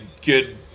good